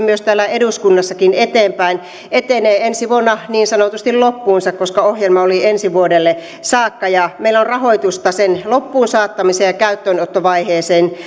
täällä eduskunnassakin eteenpäin etenee ensi vuonna niin sanotusti loppuunsa koska ohjelma oli ensi vuodelle saakka meillä on rahoitusta sen loppuun saattamiseen ja käyttöönottovaiheeseen